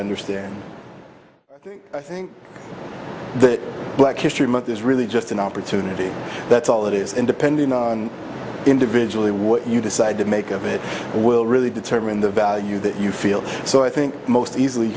understand i think the black history month is really just an opportunity that's all that is independent individually what you decide to make of it will really determine the value that you feel so i think most easily